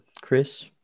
Chris